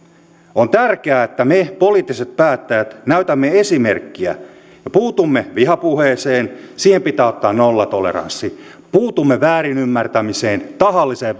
on tärkeää että me poliittiset päättäjät näytämme esimerkkiä ja puutumme vihapuheeseen siihen pitää ottaa nollatoleranssi puutumme väärinymmärtämiseen tahalliseen